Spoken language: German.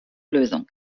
lösung